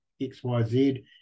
XYZ